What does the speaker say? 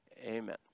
Amen